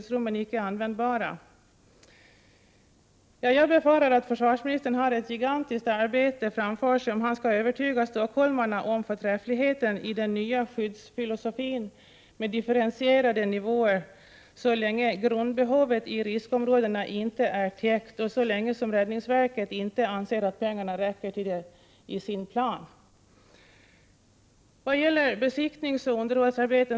Samma majoritet halverade nära nog de ekonomiska ramarna för skyddsrumsbyggande. De allvarligaste bristerna i dag finns i de större städerna.